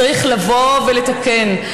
צריך לבוא ולתקן,